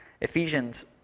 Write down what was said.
Ephesians